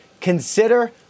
consider